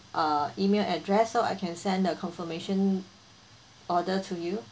uh email address so I can send the confirmation order to you